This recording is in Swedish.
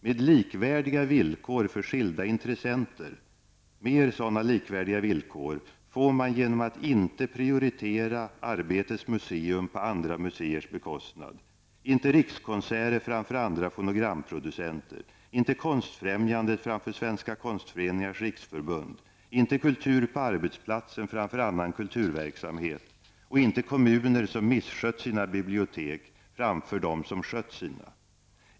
Mer likvärdiga villkor för skilda intressenter får man genom att inte prioritera Arbetets museum på andra museers bekostnad, inte rikskonserter framför andra fonogramproducenter, inte Konstföreningars Riksförbund, inte kultur på arbetsplatsen framför annan kulturverksamhet och inte kommuner som misskött sina bibliotek framför dem som skött sina.